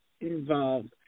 involved